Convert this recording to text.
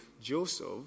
Joseph